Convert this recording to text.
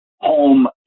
home